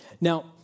Now